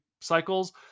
cycles